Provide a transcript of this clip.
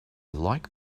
like